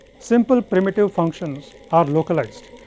simple primitive functions are localized,